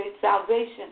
salvation